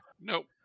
Nope